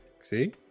See